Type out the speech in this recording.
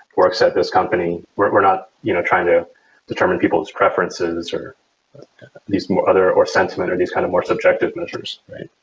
works at this company. we're we're not you know trying to determine people's preferences or these other or sentiment or these kind of more subjective measures, right?